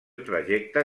trajecte